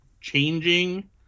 changing